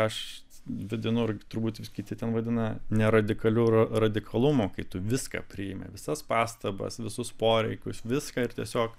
aš vadinu turbūt kiti ten vadina neradikaliu radikalumu kai tu viską priimi visas pastabas visus poreikius viską ir tiesiog